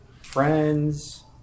friends